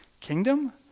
kingdom